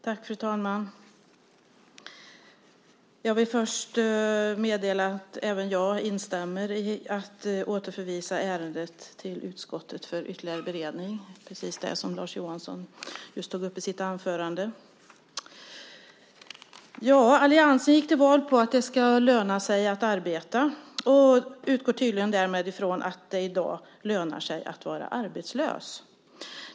Fru talman! Jag vill först meddela att även jag instämmer i att återförvisa ärendet till utskottet för ytterligare beredning. Det gäller precis det som Lars Johansson tog upp i sitt anförande. Alliansen gick till val på att det ska löna sig att arbeta. Den utgår tydligen därmed från att det i dag lönar sig att vara arbetslös.